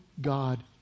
God